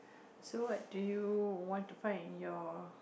so what do you want to find in your